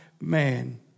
man